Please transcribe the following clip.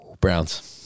Browns